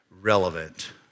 relevant